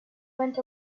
went